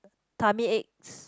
tummy aches